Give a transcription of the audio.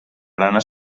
barana